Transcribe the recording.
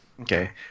Okay